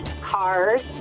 cars